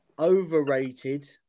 Overrated